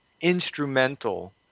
instrumental